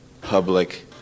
public